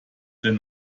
denn